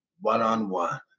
one-on-one